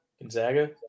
Gonzaga